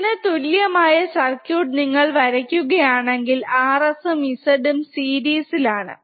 ഇതിനു തുല്യമായ സർക്യൂട്ട് നിങ്ങൾ വരക്കുക ആണെങ്കിൽ Rs ഉം z ഉം സീരീസ് ഇൽ ആണ്